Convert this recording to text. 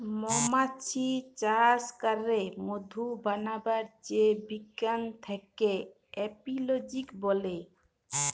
মমাছি চাস ক্যরে মধু বানাবার যে বিজ্ঞান থাক্যে এপিওলোজি ব্যলে